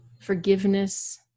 Forgiveness